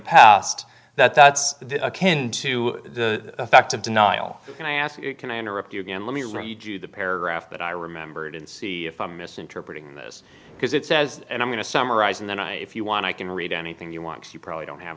passed that's akin to the effect of denial and i ask can i interrupt you again let me read you the paragraph that i remembered and see if i'm misinterpreting this because it says and i'm going to summarize and then i if you want i can read anything you want to you probably don't have